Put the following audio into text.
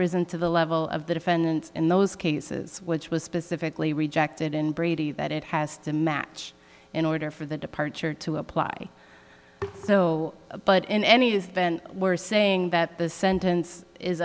risen to the level of the defendant in those cases which was specifically rejected in brady that it has to match in order for the departure to apply so but in any is then we're saying that the sentence is